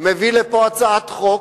הוא אמר שבתוך חודש הוא יביא לפה הצעת חוק,